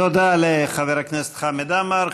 תודה לחבר הכנסת חמד עמאר.